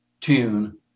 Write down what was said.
tune